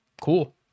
cool